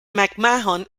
mcmahon